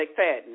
McFadden